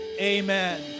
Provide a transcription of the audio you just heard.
amen